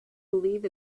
believe